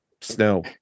snow